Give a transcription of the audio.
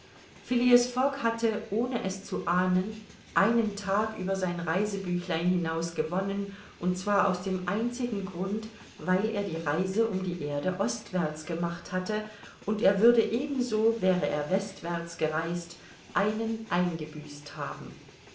fogg hatte ohne es zu ahnen einen tag über sein reisebüchlein hinaus gewonnen und zwar aus dem einzigen grund weil er die reise um die erde ostwärts gemacht hatte und er würde ebenso wäre er westwärts gereist einen eingebüßt haben